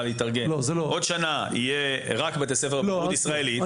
להתארגן יהיו רק בתי ספר עם בגרות ישראלית,